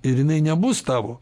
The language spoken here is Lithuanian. ir jinai nebus tavo